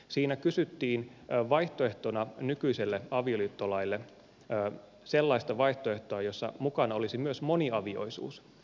siinä kysyttiin vaihtoehtona nykyiselle avioliittolaille sellaista vaihtoehtoa jossa mukana olisi myös moniavioisuus